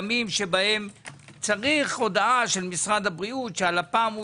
לא מדבר על ימים שבהם צריך הודעה של משרד הבריאות שהלפ"ם הוא